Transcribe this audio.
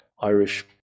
Irish